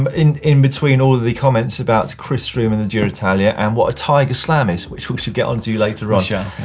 um in in between all of the comments about chris froome and the tour d'italia and what a tiger slam is which we should get onto later on. ah